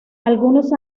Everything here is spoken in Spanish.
algunos